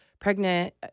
pregnant